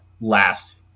last